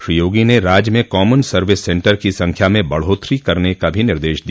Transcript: श्री योगी ने राज्य में कॉमन सर्विस सेन्टर की संख्या में बढ़ोत्तरी करने का निर्देश दिया